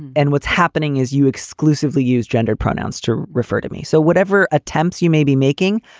and what's happening is you exclusively use gender pronouns to refer to me. so whatever attempts you may be making,